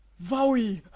very.